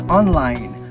online